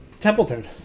Templeton